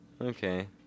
okay